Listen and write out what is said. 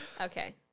Okay